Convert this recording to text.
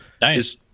Nice